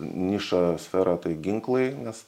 nišą sferą tai ginklai nes